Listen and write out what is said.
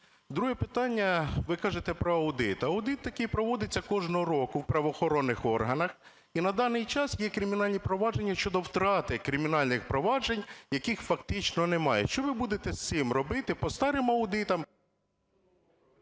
Друге питання. Ви кажете про аудит. Аудит такий проводиться кожного року в правоохоронних органів. І на даний час є кримінальні провадження щодо втрати кримінальних проваджень, яких фактично немає. Що ви будете з цим робити по старим аудитам...?